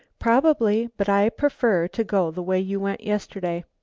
probably, but i prefer to go the way you went yesterday.